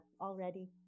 already